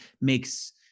makes